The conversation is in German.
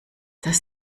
das